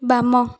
ବାମ